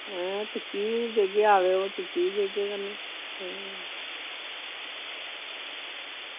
ऐं टिक्की बी देगे आवेओ टिक्की बी देगे कन्नै